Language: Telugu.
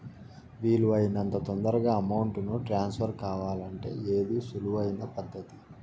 వీలు అయినంత తొందరగా అమౌంట్ ను ట్రాన్స్ఫర్ కావాలంటే ఏది సులువు అయిన పద్దతి